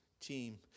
team